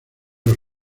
los